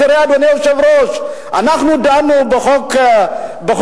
תראה, אדוני היושב-ראש, אנחנו דנו בחוק ההסדרים.